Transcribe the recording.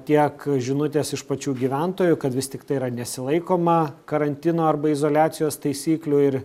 tiek žinutės iš pačių gyventojų kad vis tiktai yra nesilaikoma karantino arba izoliacijos taisyklių ir